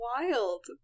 wild